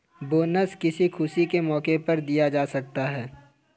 bonus किसी खुशी के मौके पर दिया जा सकता है